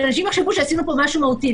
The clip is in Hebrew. שאנשים יחשבו שעשינו פה משהו מהותי,